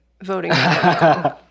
voting